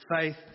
Faith